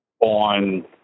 On